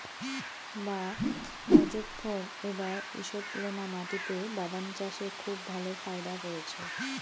বাঃ মোজফ্ফর এবার ঈষৎলোনা মাটিতে বাদাম চাষে খুব ভালো ফায়দা করেছে